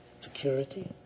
security